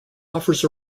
offers